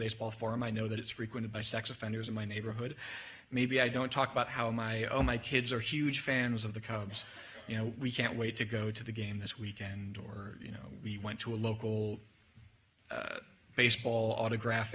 baseball forum i know that it's frequented by sex offenders in my neighborhood maybe i don't talk about how my own my kids are huge fans of the cubs you know we can't wait to go to the game this weekend or you know we went to a local baseball autograph